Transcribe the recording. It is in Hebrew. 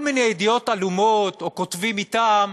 כל מיני ידיעות עלומות או כותבים מטעם,